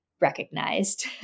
recognized